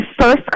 first